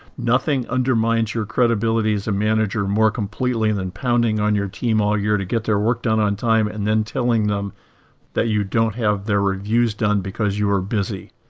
nothing undermines your credibility as a manager more completely than pounding on your team all year to get their work done on time and then telling them that you don't have their reviews done because you were busy.